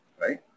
right